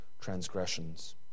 transgressions